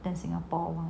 than singapore [one]